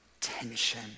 tension